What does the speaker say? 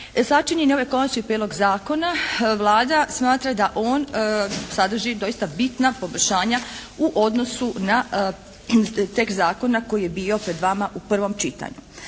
sačinjen je ovaj Konačni prijedlog zakona. Vlada smatra da on sadrži doista bitna poboljšanja u odnosu na tekst zakona koji je bio pred vama u prvom čitanju.